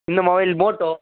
இந்த mobile Moto